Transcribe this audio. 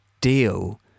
deal